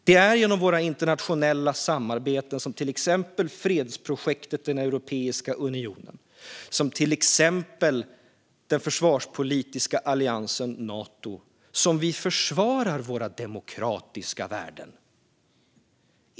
Det är genom våra internationella samarbeten som till exempel fredsprojektet Europeiska unionen och den försvarspolitiska alliansen Nato som vi försvarar våra demokratiska värden.